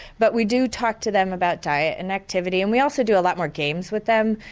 but we do talk to them about diet and activity and we also do a lot more games with them.